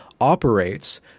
operates